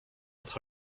votre